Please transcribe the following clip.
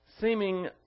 seeming